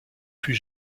fut